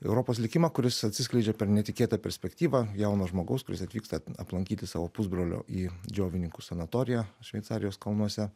europos likimą kuris atsiskleidžia per netikėtą perspektyvą jauno žmogaus kuris atvyksta aplankyti savo pusbrolio į džiovininkų sanatoriją šveicarijos kalnuose